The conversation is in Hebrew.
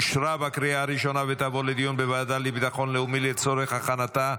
לוועדה לביטחון לאומי נתקבלה.